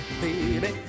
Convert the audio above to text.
baby